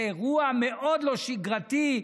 זה אירוע מאוד לא שגרתי.